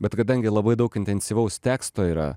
bet kadangi labai daug intensyvaus teksto yra